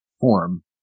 form